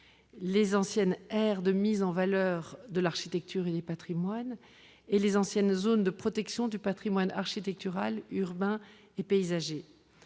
les anciennes « aires de mise en valeur de l'architecture et du patrimoine », et les anciennes « zones de protection du patrimoine architectural, urbain et paysager